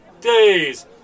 days